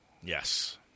Yes